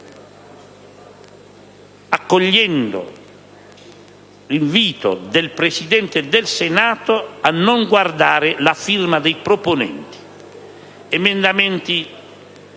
accogliendo l'invito del Presidente del Senato a non guardare la firma dei proponenti. Si tratta